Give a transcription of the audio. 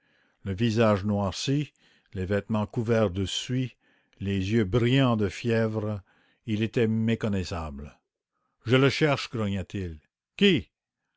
le visage noirci les vêtements couverts de suie les yeux brillants de fièvre il était méconnaissable je le cherche grogna-t-il qui